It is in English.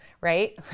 right